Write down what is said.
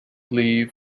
leave